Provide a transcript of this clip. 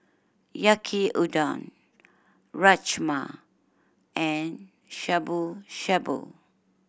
Yaki Udon Rajma and Shabu Shabu